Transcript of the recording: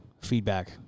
Feedback